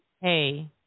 hey